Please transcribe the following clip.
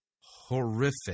horrific